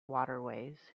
waterways